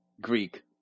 Greek